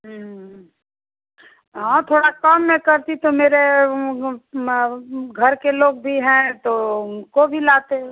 हाँ थोड़ा कम में करती तो मेरे घर के लोग भी हैं तो उनको भी लाते